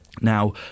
Now